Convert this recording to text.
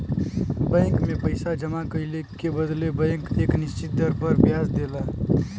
bank में पइसा जमा कइले के बदले बैंक एक निश्चित दर पर ब्याज देला